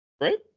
right